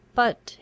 But